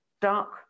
dark